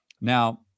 Now